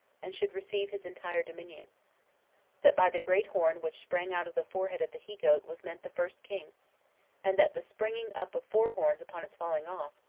and should receive his entire dominion that by the great horn which sprang out of the forehead of the he-goat was meant the first king and that the springing up of four horns upon its falling off,